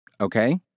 Okay